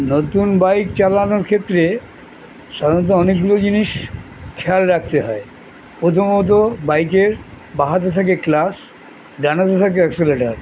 নতুন বাইক চালানোর ক্ষেত্রে সাধারণত অনেকগুলো জিনিস খেয়াল রাখতে হয় প্রথমত বাইকের বাঁ হাতে থাকে ক্লাচ ডান হাতে থাকে অ্যাক্সেলেরেটার